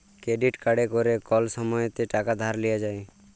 credit কাড়ে ক্যরে কল সময়তে টাকা ধার লিয়া যায়